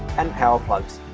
and power plugs!